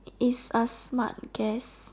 is a smart guess